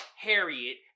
Harriet